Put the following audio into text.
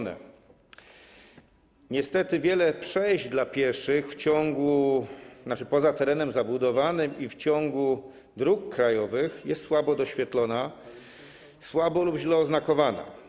Niestety wiele przejść dla pieszych poza terenem zabudowanym i w ciągu dróg krajowych jest słabo doświetlona, słabo lub źle oznakowana.